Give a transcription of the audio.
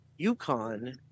UConn